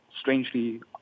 strangely